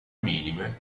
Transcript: minime